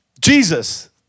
Jesus